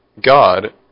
God